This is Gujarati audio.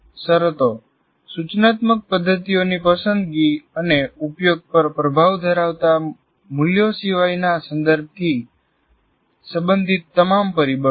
શરતો સૂચનાત્મક પદ્ધતિઓની પસંદગી અને ઉપયોગ પર પ્રભાવ ધરાવતા મૂલ્યો સિવાયના સંદર્ભથી સંબંધિત તમામ પરિબળો